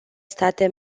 state